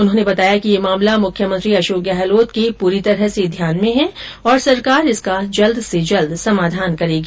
उन्होंने बताया कि यह मामला मुख्यमंत्री अशोक गहलोत के पूरी तरह से ध्यान में है और सरकार इसका जल्द से जल्द समाधान करेगी